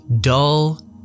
dull